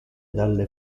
dalle